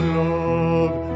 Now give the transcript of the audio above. love